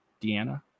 Deanna